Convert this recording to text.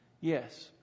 Yes